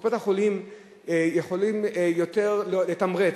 קופות-החולים יכולות יותר לתמרץ,